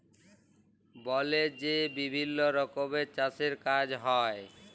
বলে যে বিভিল্ল্য রকমের চাষের কাজ হ্যয়